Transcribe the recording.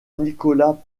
nicolas